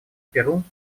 перу